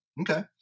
Okay